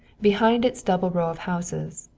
behind its double row of houses,